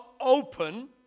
open